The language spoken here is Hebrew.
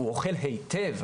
הוא אוכל היטב,